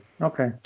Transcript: okay